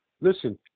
Listen